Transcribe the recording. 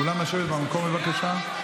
כולם לשבת במקום, בבקשה.